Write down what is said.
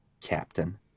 Captain